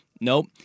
Nope